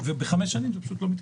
ב-5 שנים זה פשוט לא מתקיים.